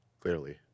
clearly